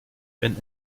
wenn